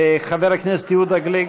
חבר הכנסת יהודה גליק.